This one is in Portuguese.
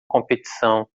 competição